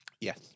Yes